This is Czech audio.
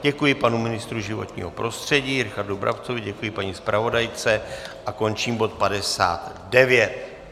Děkuji panu ministru životního prostředí Richardu Brabcovi, děkuji paní zpravodajce a končím bod 59.